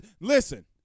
listen